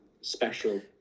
special